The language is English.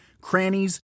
crannies